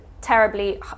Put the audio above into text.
terribly